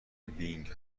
بینگ